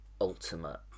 ultimate